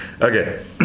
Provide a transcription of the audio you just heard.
Okay